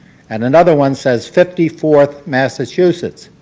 and another one says fifty fourth massachusetts.